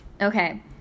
okay